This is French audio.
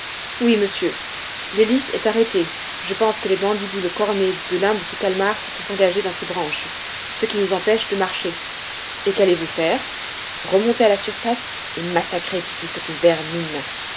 oui monsieur l'hélice est arrêtée je pense que les mandibules cornées de l'un de ces calmars se sont engagées dans ses branches ce qui nous empêche de marcher et qu'allez-vous faire remonter à la surface et massacrer toute cette vermine